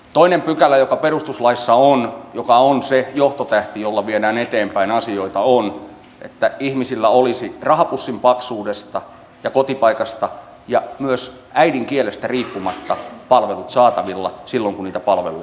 toinen pykälä joka perustuslaissa on joka on se johtotähti jolla viedään eteenpäin asioita on että ihmisellä olisi rahapussin paksuudesta ja kotipaikasta ja myös äidinkielestä riippumatta palvelut saatavilla silloin kun niitä palveluja tarvitsee